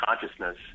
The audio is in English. consciousness